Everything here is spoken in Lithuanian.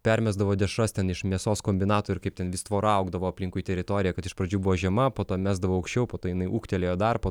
permesdavo dešras ten iš mėsos kombinato ir kaip ten vis tvora augdavo aplinkui teritoriją kad iš pradžių buvo žema po to mesdavau aukščiau po to jinai ūgtelėjo dar po